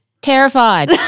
Terrified